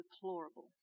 deplorable